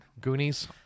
Goonies